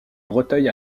breteuil